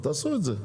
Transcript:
תעשו את זה.